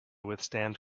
withstand